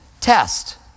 test